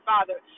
Father